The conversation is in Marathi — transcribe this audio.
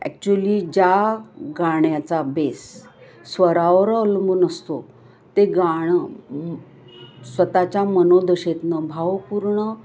ॲक्च्युअली ज्या गाण्याचा बेस स्वरावर अवलंबून असतो ते गाणं स्वतःच्या मनोदशेतनं भावपूर्ण